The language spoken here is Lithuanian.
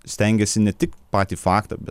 stengiasi ne tik patį faktą bet